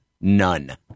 None